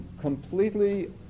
completely